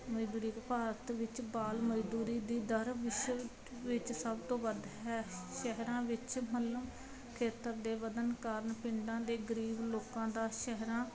ਮਜ਼ਦੂਰੀ ਭਾਰਤ ਵਿੱਚ ਬਾਲ ਮਜ਼ਦੂਰੀ ਦੀ ਦਰ ਵਿਸ਼ਵ ਵਿੱਚ ਸਭ ਤੋਂ ਵੱਧ ਹੈ ਸ਼ਹਿਰਾਂ ਵਿੱਚ ਮਲਮ ਖੇਤਰ ਦੇ ਵਧਣ ਕਾਰਨ ਪਿੰਡਾਂ ਦੇ ਗਰੀਬ ਲੋਕਾਂ ਦਾ ਸ਼ਹਿਰਾਂ